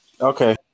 Okay